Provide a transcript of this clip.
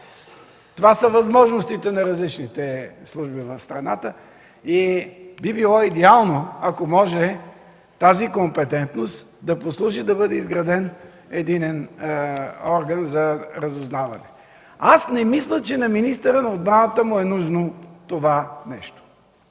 това са възможностите на различните служби в страната. Би било идеално, ако може тази компетентност да послужи, да бъде изграден единен орган за разузнаване. Аз не мисля, че на министъра на отбраната му е нужно това нещо,